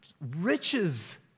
riches